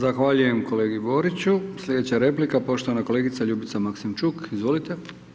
Zahvaljujem kolegi Boriću, sljedeća replika poštovana kolegica Ljubica Maksimčuk, izvolite.